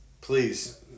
Please